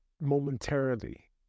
momentarily